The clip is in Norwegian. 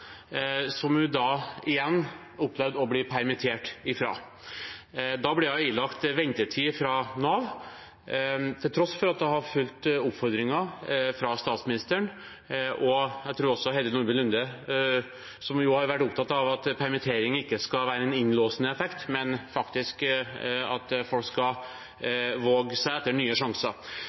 som hun igjen ble permittert fra. Da ble hun ilagt ventetid fra Nav, til tross for at hun hadde fulgt oppfordringen fra statsministeren. Jeg tror også Heidi Nordby Lunde har vært opptatt av at permittering ikke skal ha en innelåsende effekt, men at folk faktisk skal våge å ta nye sjanser.